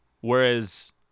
whereas